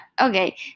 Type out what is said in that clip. okay